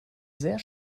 sehr